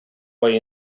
way